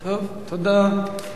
טוב, תודה.